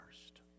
first